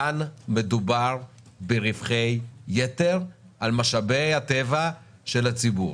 כאן מדובר ברווחי יתר על משאבי הטבע של הציבור.